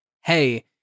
Hey